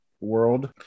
world